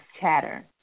chatter